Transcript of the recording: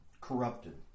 corrupted